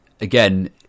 again